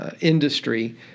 industry